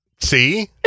See